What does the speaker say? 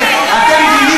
אתם התבטאתם בעניין הזה?